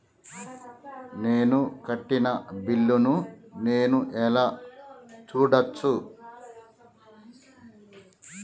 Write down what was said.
నేను కట్టిన బిల్లు ను నేను ఎలా చూడచ్చు?